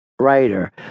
writer